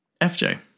FJ